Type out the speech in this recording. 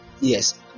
yes